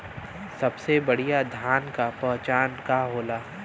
सबसे बढ़ियां धान का पहचान का होला?